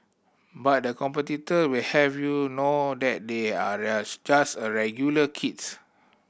but the competitor will have you know that they are just regular kids